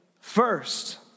first